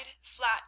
flat